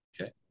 Okay